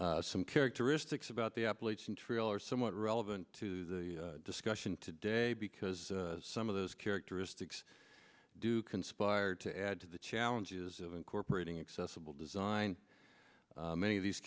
volunteers some characteristics about the appalachian trail are somewhat relevant to the discussion today because some of those characteristics do conspire to add to the challenges of incorporating accessible design many of these